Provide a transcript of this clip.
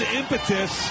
impetus